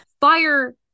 Fire